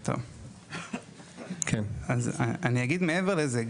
אני אגיד גם מעבר לזה,